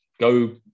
go